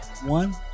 One